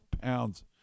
pounds